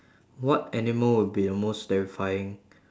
what animal would be the most terrifying